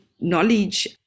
knowledge